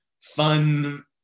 fun